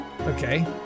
Okay